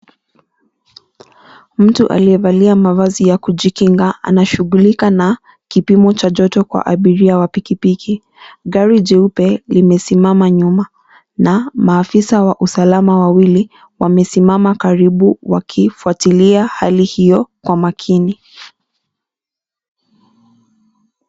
Mtu aliyevalia mavazi ya kujikinga anashughulika na kipimo cha joto kwa abiria wa pikipiki. Gari jeupe limesimama nyuma na maafisa wa usalama wawili wamesimama karibu wakifuatilia hali hiyo kwa makini.